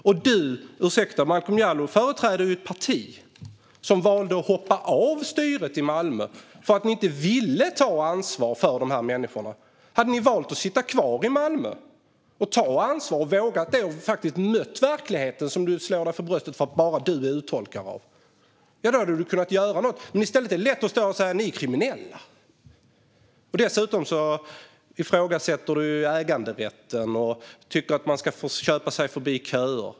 Och du, Momodou Malcolm Jallow, företräder ju ett parti som valde att hoppa av styret i Malmö därför att ni inte ville ta ansvar för de här människorna. Hade ni i Malmö valt att sitta kvar, ta ansvar och mött verkligheten, som du slår dig för bröstet för att bara du är uttolkare av, hade ni kunnat göra något. I stället är det lätt att stå här och säga att vi är kriminella. Dessutom ifrågasätter du äganderätten och tycker att man ska få köpa sig förbi köer.